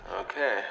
Okay